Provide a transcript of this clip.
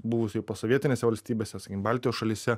buvusioj posovietinėse valstybėse sakykim baltijos šalyse